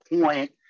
point